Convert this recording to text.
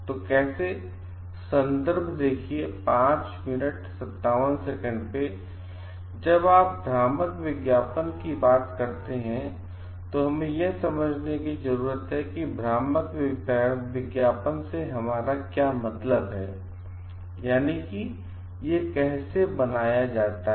तो कैसे जब आप भ्रामक विज्ञापन की बात करते हैं तब हमें यह भी समझने की जरूरत है कि भ्रामक विज्ञापन से हमारा क्या मतलब है या यह कैसे बनाया जाता है